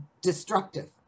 destructive